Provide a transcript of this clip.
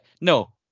no